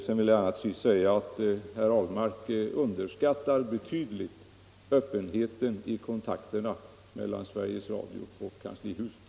Herr Ahlmark underskattar betydligt öppenheten i kontakterna mellan Sveriges Radio och kanslihuset.